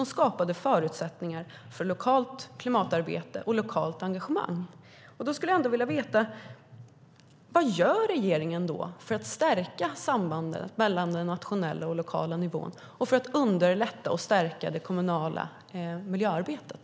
Det skapade förutsättningar för lokalt klimatarbete och lokalt engagemang. Jag skulle vilja veta vad regeringen gör för att stärka sambandet mellan den nationella och den lokala nivån och för att underlätta och stärka det kommunala miljöarbetet.